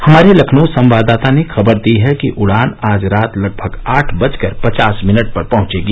हमारे लखनऊ संवाददाता ने खबर दी है कि उडान आज रात लगभग आठ बजकर पचास मिनट पर पहंचेगी